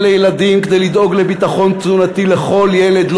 לילדים כדי לדאוג לביטחון תזונתי לכל ילד.